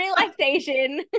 relaxation